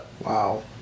Wow